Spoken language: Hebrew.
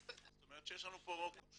זאת אומרת שיש לנו פה קושי.